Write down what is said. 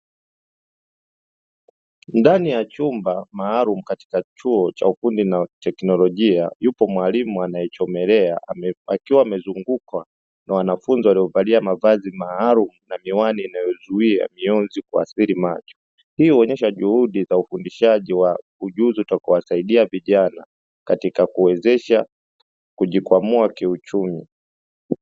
Ndani ya chumba maalumu katika chuo cha ufundi na teknolojia yupo mwalimu anaechomelea, akiwa amezungukwa na wanafunzi waliovalia mavazi maalumu na miwani inatozuia mionzi kuathiri macho, hii huonyesha juhudi za ufundishaji wa ujuzi utaowasaidia vijana katika kuwezesha kujikwamua kiuchumi.